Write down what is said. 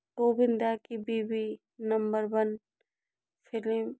गोविंदा की बीवी number one film